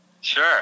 Sure